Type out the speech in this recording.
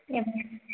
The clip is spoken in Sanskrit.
एवं